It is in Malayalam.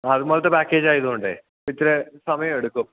അതുപോലത്തെ പാക്കേജായതുകൊണ്ട് ഇത്തിരി സമയമെടുക്കും